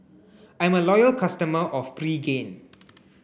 I'm a loyal customer of Pregain